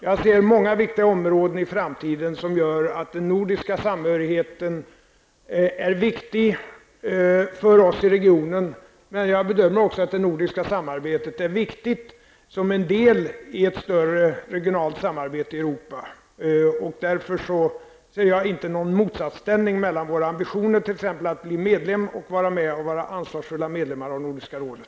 Jag ser många viktiga områden i framtiden som gör att den nordiska samhörigheten blir viktig för oss i regionen, men jag bedömmer också det nordiska samarbetet som viktigt som en del i ett större regionalt samarbete i Europa. Därför ser jag inte någon motsatsställning mellan våra ambitioner t.ex. att bli medlemmar i EG och att vara ansvarsfull medlem i Nordiska rådet.